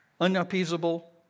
unappeasable